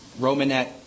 Romanet